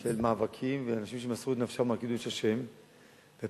של מאבקים ואנשים שמסרו את נפשם על קידוש השם בהרבה מקומות בעולם,